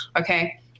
okay